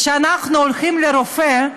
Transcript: כשאנחנו הולכים לרופא,